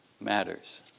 matters